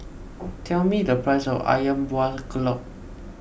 tell me the price of Ayam Buah Keluak